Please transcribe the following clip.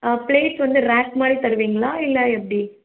plate வந்து rack மாதிரி தருவீங்களா இல்லை எப்படி